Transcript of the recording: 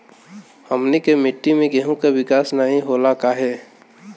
हमनी के मिट्टी में गेहूँ के विकास नहीं होला काहे?